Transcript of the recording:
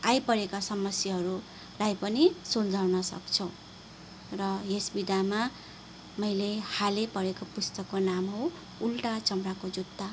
आइपरेका समस्याहरूलाई पनि सुल्झाउन सक्छौँ र यस विधामा मैले हालै पढेको पुस्तकको नाम हो उल्टा चमडाको जुत्ता